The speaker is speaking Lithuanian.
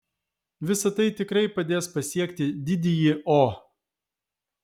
visa tai tikrai padės pasiekti didįjį o